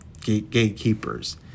gatekeepers